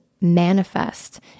manifest